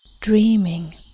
dreaming